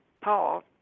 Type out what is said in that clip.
Paul